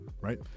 right